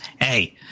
Hey